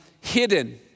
hidden